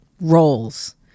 roles